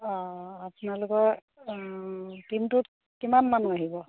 অঁ আপোনালোকৰ টীমটোত কিমান মানুহ আহিব